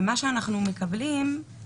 מה שאנחנו מקבלים,